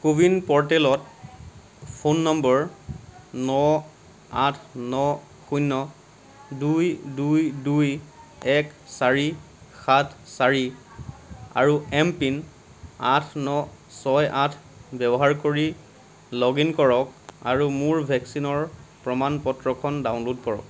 CoWIN প'ৰ্টেলত phone number ন আঠ ন শূণ্য দুই দুই দুই এক চাৰি সাত চাৰি আৰু এমপিন আঠ ন ছয় আঠ ব্যৱহাৰ কৰি লগ ইন কৰক আৰু মোৰ ভেকচিনৰ প্ৰমান পত্ৰখন ডাউনলোড কৰক